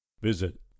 visit